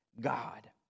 God